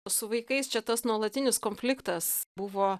su vaikais čia tas nuolatinis konfliktas buvo